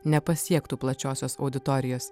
nepasiektų plačiosios auditorijos